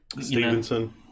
Stevenson